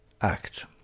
act